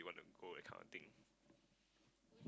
want to go that kind of thing